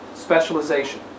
specialization